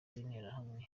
w’interahamwe